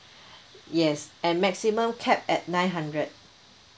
yes and maximum capped at nine hundred